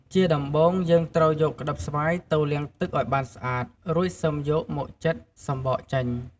ជាដំបូង យើងត្រូវយកក្តិបស្វាយទៅលាងទឹកឱ្យបានស្អាត រួចសឹមយកមកចិត សំបកចេញ។